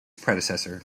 predecessor